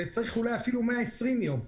וצריך אולי אפילו 120 יום.